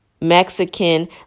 Mexican